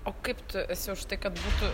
o kaip tu esi už tai kad būtų